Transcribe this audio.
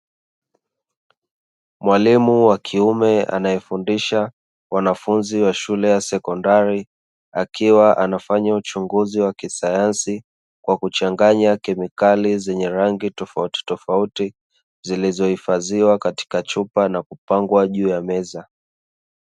Mwalimu wa kiume anayefundisha wanafunzi wa shule ya sekondari akiwa anafanya uchunguzi wa kisayansi, kwa kuchanganya kemikali zenye rangi tofautitofauti zilizohifadhiwa katika chupa na kupangwa juu ya meza.